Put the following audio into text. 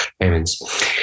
payments